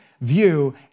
view